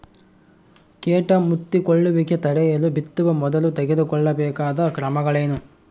ಕೇಟ ಮುತ್ತಿಕೊಳ್ಳುವಿಕೆ ತಡೆಯಲು ಬಿತ್ತುವ ಮೊದಲು ತೆಗೆದುಕೊಳ್ಳಬೇಕಾದ ಕ್ರಮಗಳೇನು?